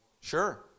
Sure